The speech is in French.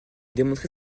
démontré